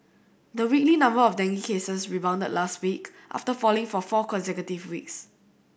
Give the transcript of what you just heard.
the weekly number of dengue cases rebounded last week after falling for four consecutive weeks